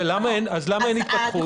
נו, אז למה אין בהן התפתחות?